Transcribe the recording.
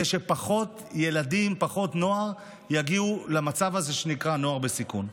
שפחות ילדים ונוער יגיעו לסטטוס של נוער בסיכון.